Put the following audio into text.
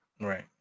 right